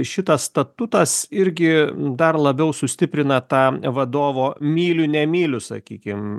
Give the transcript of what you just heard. šitas statutas irgi dar labiau sustiprina tą vadovo myliu nemyliu sakykim